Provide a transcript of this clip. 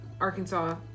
arkansas